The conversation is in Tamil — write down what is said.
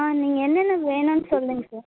ஆ நீங்கள் என்னென்ன வேணும்ன்னு சொல்லுங்கள் சார்